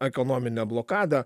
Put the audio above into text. ekonominę blokadą